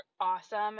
awesome